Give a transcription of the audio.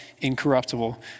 incorruptible